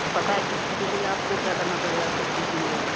तो पता है टी सी के लिए आपको क्या करना पड़ेगा तब टी सी मिलेगी